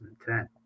2010